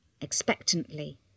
expectantly